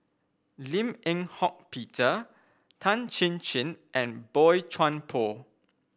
Lim Eng Hock Peter Tan Chin Chin and Boey Chuan Poh